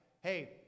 Hey